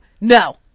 No